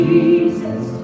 Jesus